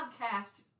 podcast